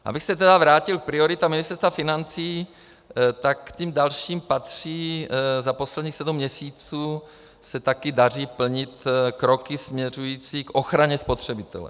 Abych se tedy vrátil k prioritám Ministerstva financí, tak k těm dalším patří za posledních sedm měsíců se taky daří plnit kroky směřující k ochraně spotřebitele.